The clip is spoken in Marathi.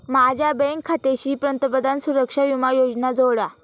माझ्या बँक खात्याशी पंतप्रधान सुरक्षा विमा योजना जोडा